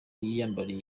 yiyambariye